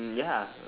mm ya